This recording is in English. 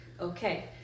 okay